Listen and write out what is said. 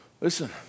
Listen